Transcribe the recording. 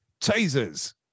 Tasers